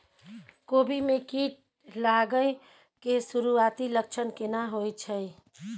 कोबी में कीट लागय के सुरूआती लक्षण केना होय छै